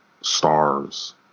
stars